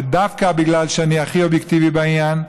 ודווקא בגלל שאני הכי אובייקטיבי בעניין,